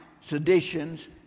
seditions